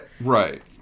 Right